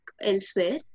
elsewhere